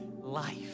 life